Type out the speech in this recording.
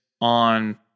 on